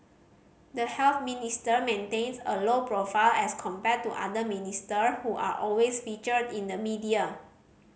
the Health Minister maintains a low profile as compared to the other minister who are always featured in the media